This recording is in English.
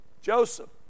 Joseph